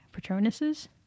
Patronuses